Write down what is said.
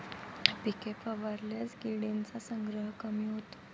पिके फिरवल्यास किडींचा संग्रह कमी होतो